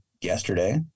yesterday